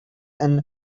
and